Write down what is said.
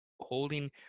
holding